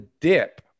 dip